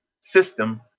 system